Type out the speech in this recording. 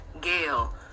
Gail